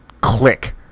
click